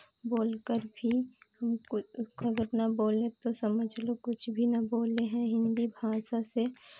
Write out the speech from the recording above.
बोलकर भी हमको कदर ना बोलने पे तो समझ लो कुछ भी ना बोले हैं हिन्दी भाषा से